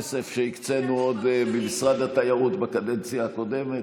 ויש כסף שהקצינו במשרד התיירות עוד בקדנציה הקודמת,